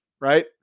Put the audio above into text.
right